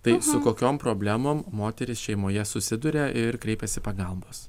tai su kokiom problemom moteris šeimoje susiduria ir kreipiasi pagalbos